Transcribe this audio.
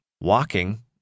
Walking